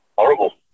Horrible